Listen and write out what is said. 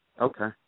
Okay